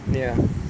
ya